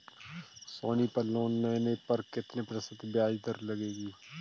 सोनी पर लोन लेने पर कितने प्रतिशत ब्याज दर लगेगी?